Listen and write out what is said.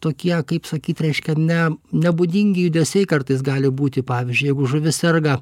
tokie kaip sakyt reiškia ne nebūdingi judesiai kartais gali būti pavyzdžiui jeigu žuvis serga